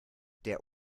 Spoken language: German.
der